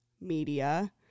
media